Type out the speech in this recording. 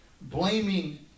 blaming